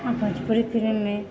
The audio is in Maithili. हम भोजपुरी फिलिममे